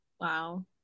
Wow